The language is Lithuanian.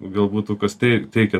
gal būtų kas tei teikia